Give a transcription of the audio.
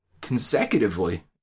consecutively